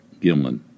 Gimlin